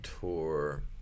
tour